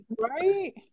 Right